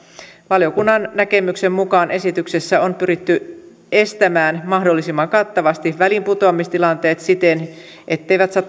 valiokunnan näkemyksen mukaan esityksessä on pyritty estämään mahdollisimman kattavasti väliinputoamistilanteet siten etteivät